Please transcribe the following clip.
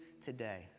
today